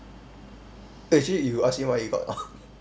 actually you ask him what he got